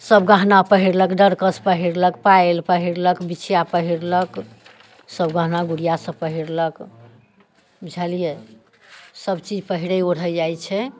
सभ गहना पहिरलक डरकस पहिरलक पायल पहिरलक बिछिया पहिरलक सभ गहना गुड़िया सभ पहिरलक बुझलियै सभ चीज पहिरै ओढ़ै जाइत छै